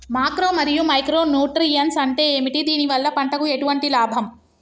Macro మరియు micro nutrients అంటే ఏమిటి? దీనివల్ల పంటకు ఎటువంటి లాభం?